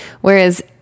Whereas